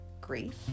grief